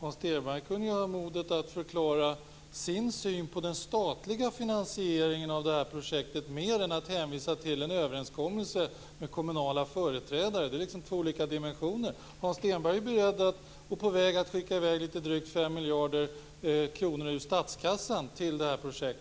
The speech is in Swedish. Hans Stenberg kunde ju ha modet att förklara sin syn på den statliga finansieringen av detta projekt mer än att hänvisa till en överenskommelse med kommunala företrädare. Det är liksom två olika dimensioner. Hans Stenberg är på väg att skicka i väg drygt 5 miljarder kronor ur statskassan till detta projekt.